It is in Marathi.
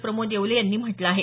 प्रमोद येवले यांनी म्हटलं आहे